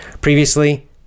Previously